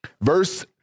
verse